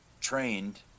trained